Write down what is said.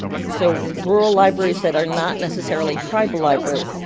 so rural libraries that are not necessarily tribal libraries,